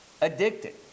addicted